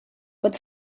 but